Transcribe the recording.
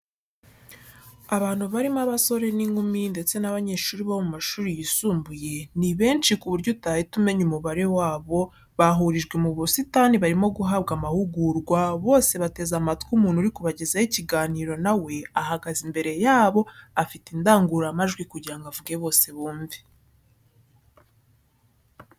Abantu barimo abasore n'inkumi ndetse n'abanyeshuri bo mu mashuri yisumbuye ni benshi ku buryo utahita umenya umubare wabo, bahurijwe mu busitanii barimo guhabwa amahugurwa, bose bateze amatwi umuntu uri kubagezaho ikiganiro nawe ahagaze imbere yabo afite indangururamajwi kugirango avuge bose bumve.